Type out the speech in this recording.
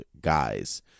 guys